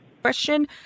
Question